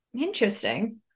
interesting